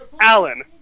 Alan